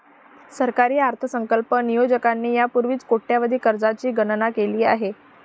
सरकारी अर्थसंकल्प नियोजकांनी यापूर्वीच कोट्यवधी कर्जांची गणना केली आहे